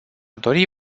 dori